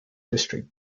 district